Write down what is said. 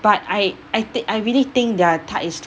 but I I thi~ I really think their tart is